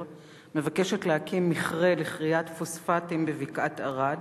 מבקשת להקים מכרה לכריית פוספטים בבקעת-ערד,